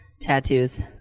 tattoos